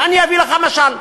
ואני אביא לך משל.